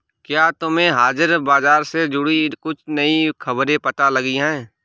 क्या तुम्हें हाजिर बाजार से जुड़ी कुछ नई खबरें पता लगी हैं?